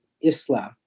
Islam